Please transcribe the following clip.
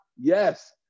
Yes